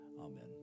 Amen